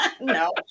No